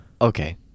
Okay